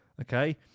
Okay